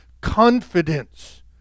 confidence